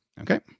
Okay